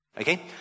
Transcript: Okay